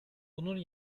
bunun